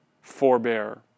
forbear